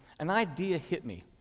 an idea hit me.